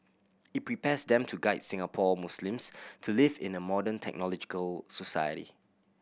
it prepares them to guide Singapore Muslims to live in a modern technological society